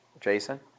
Jason